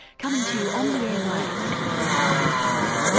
coming to you on the airwaves and on your pod.